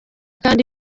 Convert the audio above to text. kandi